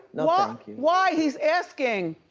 no ah thank you. why he's asking?